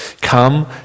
Come